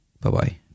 bye-bye